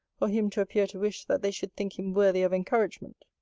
or him to appear to wish that they should think him worthy of encouragement.